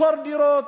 לשכור דירות,